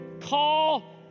call